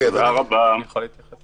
איפה מפורסמות התקנות האלה, איפה רואים אותן?